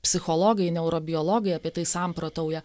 psichologai neurobiologai apie tai samprotauja